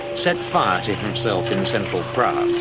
set fire to himself in central prague.